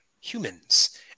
humans